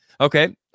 okay